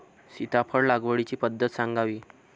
सीताफळ लागवडीची पद्धत सांगावी?